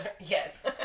Yes